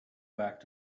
back